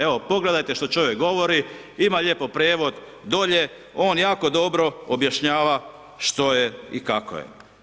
Evo, pogledajte što čovjek govori, ima lijepo prijevod dolje, on jako dobro objašnjava što je i kako je.